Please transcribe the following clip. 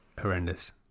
horrendous